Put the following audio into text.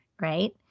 right